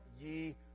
ye